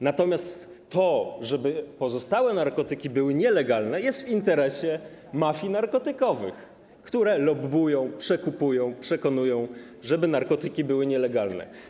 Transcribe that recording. Natomiast to, żeby pozostałe narkotyki były nielegalne, jest w interesie mafii narkotykowych, które lobbują, przekupują, przekonują, żeby narkotyki były nielegalne.